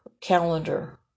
calendar